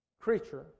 creature